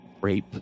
Rape